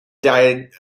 diet